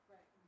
Right